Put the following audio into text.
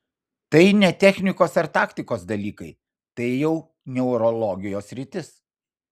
tai ne technikos ar taktikos dalykai tai jau neurologijos sritis